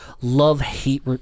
love-hate